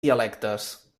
dialectes